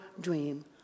dream